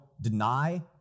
deny